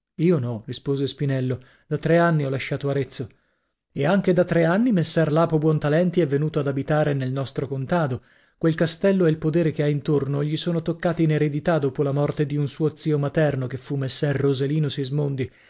io no rispose spinello da tre anni ho lasciato arezzo e anche da tre anni messer lapo buontalenti è venuto ad abitare nei nostro contado quel castello e il podere che ha intorno gli sono toccati in eredità dopo la morte di un suo zio materno che fu messer roselino sismondi